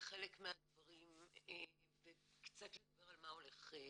לחלק מהדברים וקצת לדבר על מה הולך לקרות.